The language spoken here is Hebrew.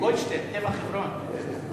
גולדשטיין, טבח חברון.